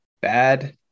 bad